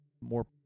more